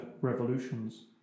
revolutions